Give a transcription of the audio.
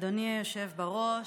אדוני היושב בראש,